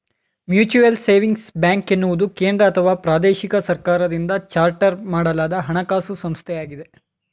mutual savings bank ಎನ್ನುವುದು ಕೇಂದ್ರಅಥವಾ ಪ್ರಾದೇಶಿಕ ಸರ್ಕಾರದಿಂದ ಚಾರ್ಟರ್ ಮಾಡಲಾದ ಹಣಕಾಸು ಸಂಸ್ಥೆಯಾಗಿದೆ